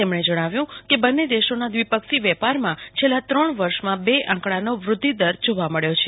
તેમણે જણાવ્યું કે બંને દેશોના દ્વિપક્ષી વેપારમાં છેલ્લા ત્રણ વર્ષમાં બે આંકડાનો વૃદ્વિદર જોવા મળ્યો છે